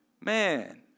Man